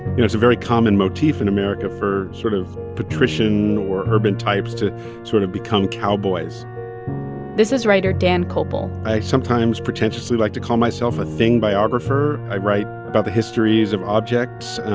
it was a very common motif in america for sort of patrician or urban types to sort of become cowboys this is writer dan koeppel i sometimes pretentiously like to call myself a thing biographer. i write about the histories of objects.